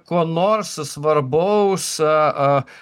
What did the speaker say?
ko nors svarbaus a a